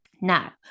Now